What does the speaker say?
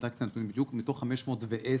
מתוך 510 בקשות,